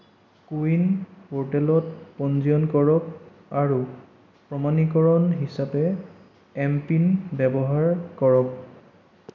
কো win প'ৰ্টেলত পঞ্জীয়ন কৰক আৰু প্ৰমাণীকৰণ হিচাপে এমপিন ব্যৱহাৰ কৰক